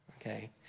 okay